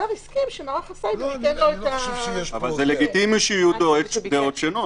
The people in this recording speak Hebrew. השר הסכים שמערך הסייבר ייתן לו- -- אבל לגיטימי שיהיו דעות שונות.